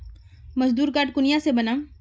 मजदूर कार्ड कुनियाँ से बनाम?